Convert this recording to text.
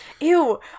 Ew